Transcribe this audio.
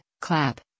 clap